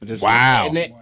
Wow